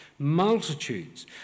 Multitudes